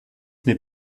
n’est